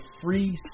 free